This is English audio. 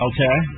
Okay